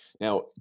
Now